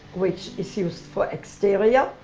which is used for exterior,